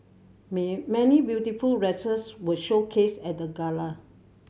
many beautiful dresses were showcased at the gala